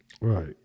Right